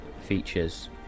features